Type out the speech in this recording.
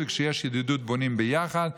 וכשיש ידידות, בונים ביחד.